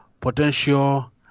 potential